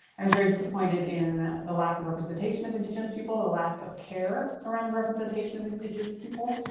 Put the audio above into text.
i was very disappointed in the lack of representation of indigenous people. the lack of care around the representation of indigenous people.